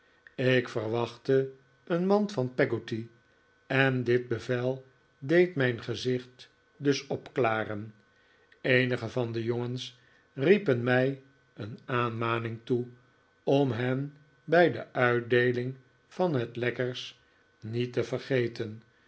ik verwachtte een mand van peggotty en dit bevel deed mijn gezicht dus opklaren eenige van de jongens riepen mij een aanmaning toe om hen bij de uitdeeling van het lekkers niet te vergeten